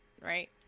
right